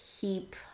keep